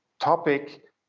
Topic